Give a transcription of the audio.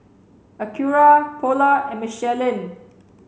Acura Polar and Michelin